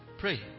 Pray